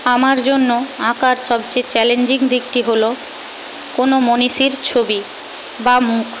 আমার জন্য আঁকার সবচেয়ে চ্যালেঞ্জিং দিকটি হল কোন মনীষীর ছবি বা মুখ